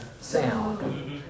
Sound